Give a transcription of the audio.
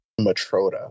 Matroda